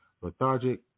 lethargic